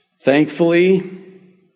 Thankfully